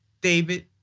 David